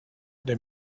they